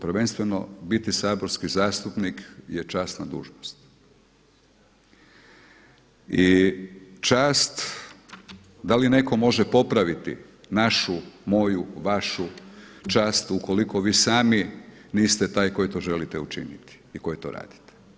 Prvenstveno biti saborski zastupnik je časna dužnost i čast da li netko može popraviti našu, moju, vašu čast ukoliko vi sami niste taj koji to želite učiniti i koji to radite.